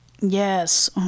Yes